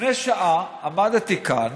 לפני שעה עמדתי כאן